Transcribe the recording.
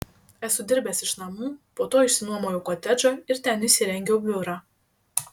esu dirbęs iš namų po to išsinuomojau kotedžą ir ten įsirengiau biurą